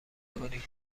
کنی